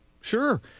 Sure